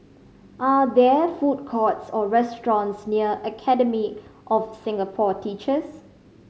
are there food courts or restaurants near Academy of Singapore Teachers